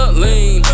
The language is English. lean